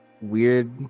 weird